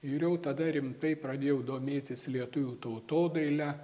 ir jau tada rimtai pradėjau domėtis lietuvių tautodaile